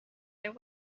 their